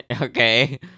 Okay